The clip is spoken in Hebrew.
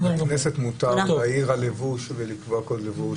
בכנסת מותר להעיר על לבוש ולקבוע קוד לבוש